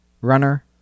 runner